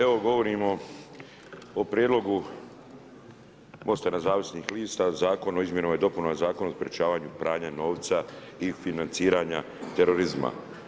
Evo govorimo o prijedlogu MOST-a nezavisnih lista, Zakon o izmjenama i dopunama Zakona o sprečavanju pranja novca i financiranja terorizma.